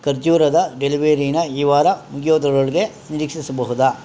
ಖರ್ಜೂರದ ಡೆಲಿವರೀನಾ ಈ ವಾರ ಮುಗಿಯೋದ್ರೊಳ್ಗೆ ನಿರೀಕ್ಷಿಸಬಹುದಾ